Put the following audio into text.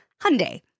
Hyundai